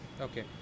Okay